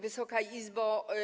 Wysoka Izbo!